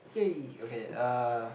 !yay! okay uh